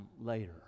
later